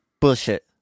Bullshit